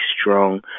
strong